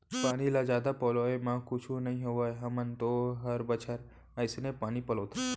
पानी ल जादा पलोय म कुछु नइ होवय हमन तो हर बछर अइसने पानी पलोथन